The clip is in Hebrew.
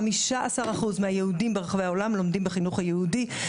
15% מהיהודים ברחבי העולם לומדים בחינוך היהודי.